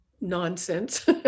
nonsense